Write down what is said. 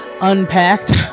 unpacked